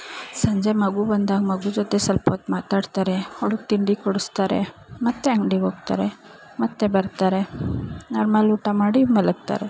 ಸಂಜೆ ಮಗು ಬಂದಾಗ ಮಗು ಜೊತೆ ಸ್ವಲ್ಪ ಹೊತ್ತು ಮಾತಾಡ್ತಾರೆ ಅವ್ಳಗೆ ತಿಂಡಿ ಕೊಡಿಸ್ತಾರೆ ಮತ್ತು ಅಂಗ್ಡಿಗೆ ಹೋಗ್ತಾರೆ ಮತ್ತು ಬರ್ತಾರೆ ನಾರ್ಮಲ್ ಊಟ ಮಾಡಿ ಮಲಗ್ತಾರೆ